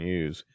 use